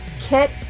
Kit